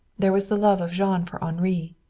there was the love of jean for henri,